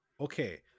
okay